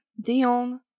Dion